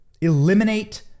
Eliminate